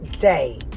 day